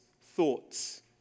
thoughts